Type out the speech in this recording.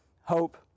hope